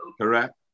Correct